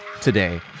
today